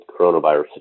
coronavirus